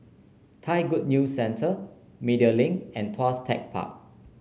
Thai Good New Centre Media Link and Tuas Tech Park